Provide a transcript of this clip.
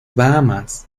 bahamas